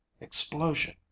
explosion